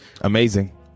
Amazing